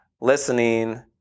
listening